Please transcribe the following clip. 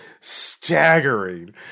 staggering